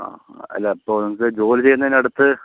ആ ആ അല്ല ഇപ്പോൾ നിങ്ങൾക്ക് ജോലി ചെയ്യുന്നതിന് അടുത്ത്